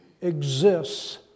exists